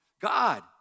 God